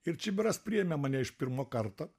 ir čibiras priėmė mane iš pirmo karto